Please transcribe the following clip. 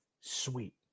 sweet